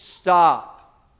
Stop